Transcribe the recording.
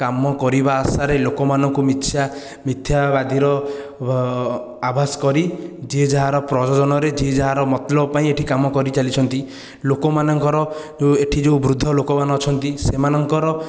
କାମ କରିବା ଆଶାରେ ଲୋକମାନଙ୍କୁ ମିଥ୍ୟାବାଦୀର ଆଭାସ କରି ଯିଏ ଯାହାର ପ୍ରଜଜନରେ ଯିଏ ଯାହାର ମତଲବ ପାଇଁ ଏଠି କାମ କରିଚାଲିଛନ୍ତି ଲୋକମାନଙ୍କର ଯେଉଁ ଏଠି ଯେଉଁ ବୃଦ୍ଧ ଲୋକମାନେ ଅଛନ୍ତି ସେମାନଙ୍କର